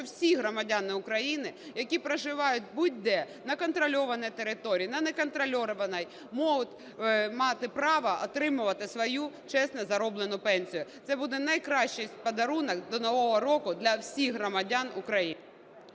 всі громадяни України, які проживають будь-де, на контрольованій території, на неконтрольованій, можуть мати право отримувати свою чесно зароблену пенсію. Це буде найкращий подарунок до Нового року для всіх громадян України.